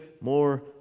more